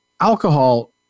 Alcohol